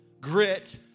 grit